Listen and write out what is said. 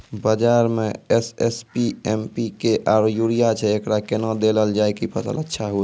बाजार मे SSP, MPK आरु यूरिया छैय, एकरा कैना देलल जाय कि फसल अच्छा हुये?